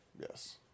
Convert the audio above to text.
Yes